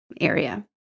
area